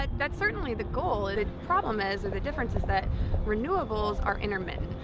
ah that's certainly the goal, ah the problem is, or the difference is that renewables are intermittent.